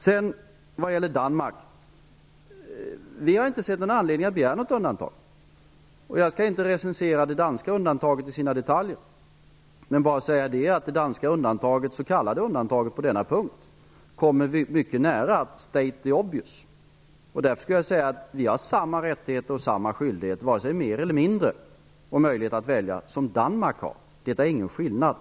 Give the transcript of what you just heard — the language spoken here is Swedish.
När det sedan gäller Danmarks ställningstagande har vi inte sett någon anledning att begära ett undantag. Jag skall inte recensera det danska undantaget i sina detaljer. Jag kan bara säga att det danska s.k. undantaget på denna punkt kommer mycket nära ''state the obvious''. Vi har samma rättigheter och skyldigheter, vare sig mer eller mindre, och samma möjlighet att välja som Danmark har. Detta är ingen skillnad.